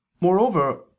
Moreover